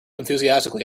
enthusiastically